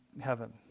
heaven